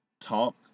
Talk